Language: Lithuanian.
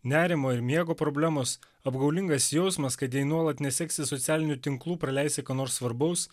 nerimo ir miego problemos apgaulingas jausmas kad jei nuolat neseksi socialinių tinklų praleisi ką nors svarbaus